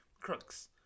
crooks